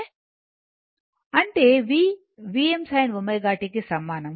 అంటే v Vm sin ω t కి సమానం